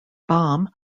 bomb